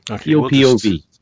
P-O-P-O-V